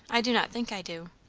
i do not think i do.